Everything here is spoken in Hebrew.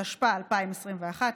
התשפ"א 2021,